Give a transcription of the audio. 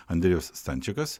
andriejus stančikas